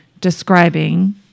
describing